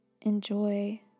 enjoy